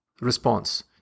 Response